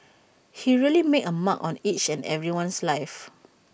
he really made A mark on each and everyone's life